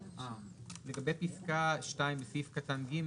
לגבי פסקה (2) בסעיף קטן (ג).